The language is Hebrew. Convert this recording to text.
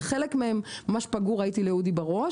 וחלק מהם ממש פגעו לאודי סגל בראש,